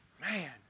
Man